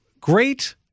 great